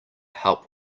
help